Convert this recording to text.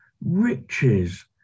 riches